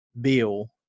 Bill